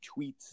tweets